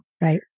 Right